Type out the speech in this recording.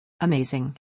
Amazing